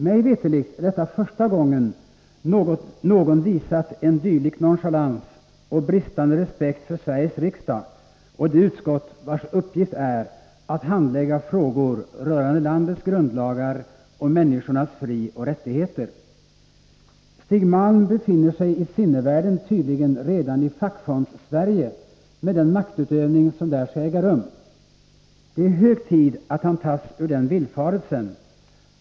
Mig veterligt är detta första gången någon visat en dylik nonchalans och bristande respekt för Sveriges riksdag och det utskott vars uppgift är att handlägga frågor rörande landets grundlagar och människornas frioch rättigheter. Stig Malm befinner sig i sinnevärlden tydligen redan i Fackfondssverige, med den maktutövning som där skall äga rum. Det är hög tid att han tas ur den villfarelsen.